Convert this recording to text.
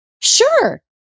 Sure